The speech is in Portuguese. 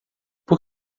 por